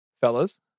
fellas